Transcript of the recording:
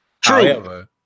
True